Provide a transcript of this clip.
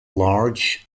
large